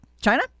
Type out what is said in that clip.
China